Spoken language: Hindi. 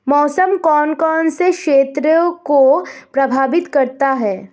मौसम कौन कौन से क्षेत्रों को प्रभावित करता है?